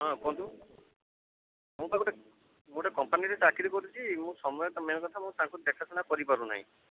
ହଁ କୁହନ୍ତୁ ମୁଁ ତ ମୁଁ ଗୋଟେ କମ୍ପାନୀରେ ଚାକିରୀ କରୁଛି ମୁଁ ସମୟ ମେନ୍ କଥା ମୁଁ ତାଙ୍କୁ ଦେଖା ଶୁଣା କରିପାରୁନାହିଁ